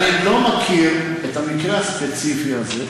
אני לא מכיר את המקרה הספציפי הזה.